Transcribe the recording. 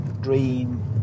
dream